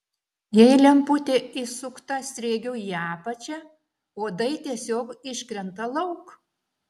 jei lemputė įsukta sriegiu į apačią uodai tiesiog iškrenta lauk